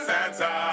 Santa